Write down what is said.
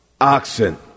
Oxen